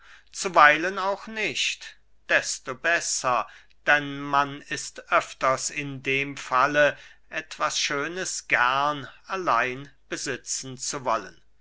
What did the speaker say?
zuweilen auch nicht desto besser denn man ist öfters in dem falle etwas schönes gern allein besitzen zu wollen